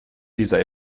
dieser